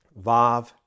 Vav